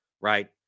right